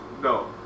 no